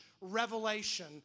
revelation